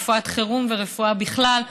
רפואת חירום ורפואה בכלל,